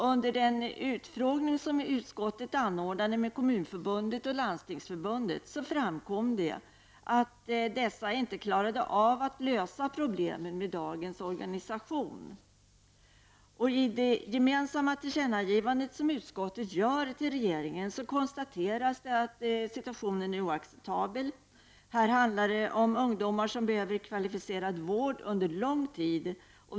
Under den utfrågning som utskottet anordnade med Kommunförbundet och Landstingsförbundet framkom det att dessa inte klarade av att lösa problemen med dagens organisation. I det gemensamma tillkännagivande som utskottet gör till regeringen konstateras att situationen är oacceptabel. Det handlar här om ungdomar som behöver kvalificerad vård under lång tid.